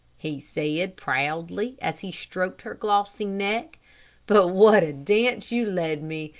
he said, proudly, as he stroked her glossy neck but what a dance you led me.